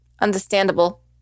Understandable